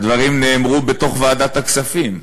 הדברים נאמרו בתוך ועדת הכספים,